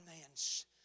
man's